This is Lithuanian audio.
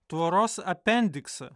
tvoros apendiksą